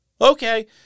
okay